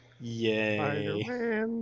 Yay